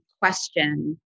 question